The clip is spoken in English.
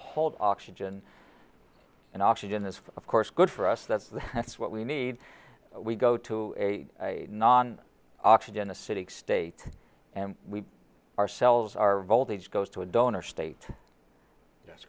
hold oxygen and oxygen is for of course good for us that's the that's what we need we go to a non oxygen acidic state and we ourselves are voltage goes to a donor state that's